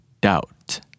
doubt